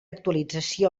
actualització